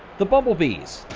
the bumblebees.